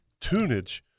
tunage